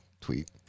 tweet